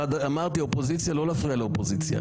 אמרתי, אופוזיציה, לא להפריע לאופוזיציה.